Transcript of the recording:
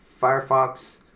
Firefox